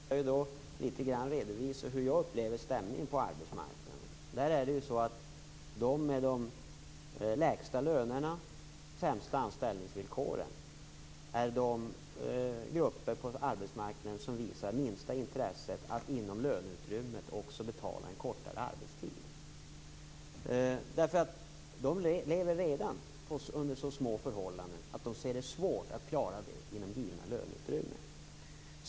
Herr talman! Återigen vill jag litet grand redovisa hur jag upplever stämningen på arbetsmarknaden. Där är det så att anställda med de lägsta lönerna och sämsta anställningsvillkoren är de grupper på arbetsmarknaden som visar minsta intresset att inom löneutrymmet också betala en kortare arbetstid. De lever redan under så små förhållanden att de ser det svårt att klara det inom givna löneutrymmen.